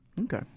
Okay